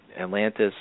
Atlantis